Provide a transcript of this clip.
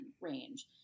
range